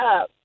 up